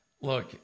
look